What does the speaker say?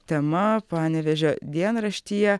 tema panevėžio dienraštyje